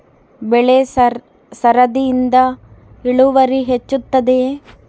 ಬೆಳೆ ಸರದಿಯಿಂದ ಇಳುವರಿ ಹೆಚ್ಚುತ್ತದೆಯೇ?